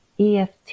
EFT